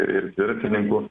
ir dviratininkų